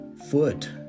Foot